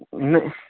नहि